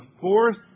fourth